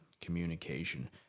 communication